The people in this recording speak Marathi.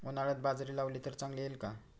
उन्हाळ्यात बाजरी लावली तर चांगली येईल का?